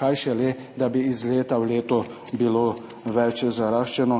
kaj šele, da bi iz leta v leto bilo bolj zaraščeno.